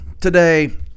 today